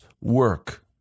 work